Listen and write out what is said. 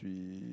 we